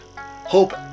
Hope